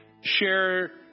share